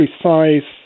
precise